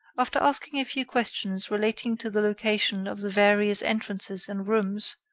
after asking a few questions relating to the location of the various entrances and rooms,